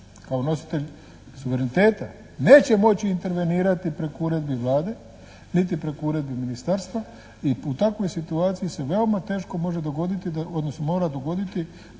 kao nositelj suvereniteta neće moći intervenirati preko uredbi Vlade, niti preko uredbi ministarstva i u takvoj situaciji se veoma teško može dogoditi,